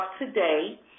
today